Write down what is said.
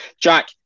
Jack